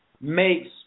makes